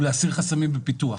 להסיר חסמים בפיתוח.